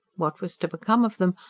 what was to become of them,